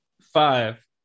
five